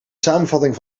samenvatting